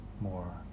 more